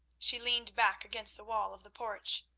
she leaned back against the wall of the porch.